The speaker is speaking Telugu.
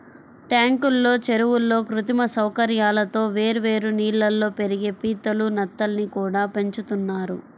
ట్యాంకుల్లో, చెరువుల్లో కృత్రిమ సౌకర్యాలతో వేర్వేరు నీళ్ళల్లో పెరిగే పీతలు, నత్తల్ని కూడా పెంచుతున్నారు